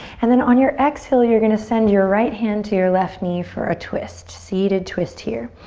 and then on your exhale you're gonna send your right hand to your left knee for a twist. seated twist here.